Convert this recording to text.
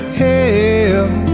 help